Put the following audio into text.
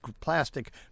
plastic